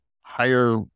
higher